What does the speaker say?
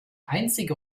einzige